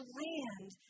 land